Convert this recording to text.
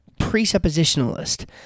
presuppositionalist